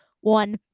one